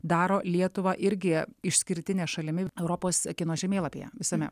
daro lietuvą irgi išskirtine šalimi europos kino žemėlapyje visame